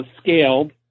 scaled